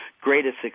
greatest